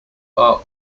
are